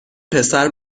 پسر